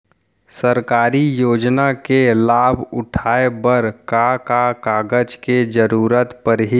सरकारी योजना के लाभ उठाए बर का का कागज के जरूरत परही